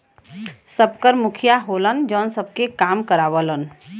सबकर मुखिया होलन जौन सबसे काम करावलन